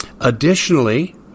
Additionally